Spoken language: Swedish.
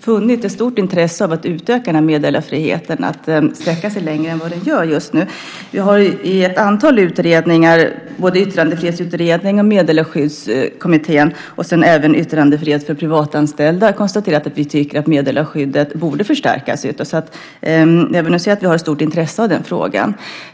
funnits ett stort intresse av att utöka meddelarfriheten, så att den sträcker sig längre än den gör just nu. Vi har i ett antal utredningar, både Yttrandefrihetsutredningen, Meddelarskyddskommittén och Yttrandefrihet för privatanställda , konstaterat att vi tycker att meddelarskyddet borde förstärkas. Man ser att vi har ett stort intresse av den frågan.